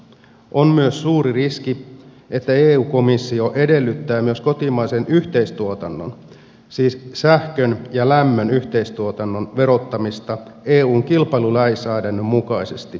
on myös suuri riski että eu komissio edellyttää myös kotimaisen yhteistuotannon siis sähkön ja lämmön yhteistuotannon verottamista eun kilpailulainsäädännön mukaisesti